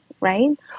right